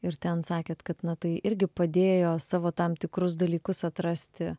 ir ten sakėt kad na tai irgi padėjo savo tam tikrus dalykus atrasti